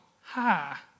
ha